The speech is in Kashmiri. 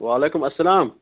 وعلیکُم اسلام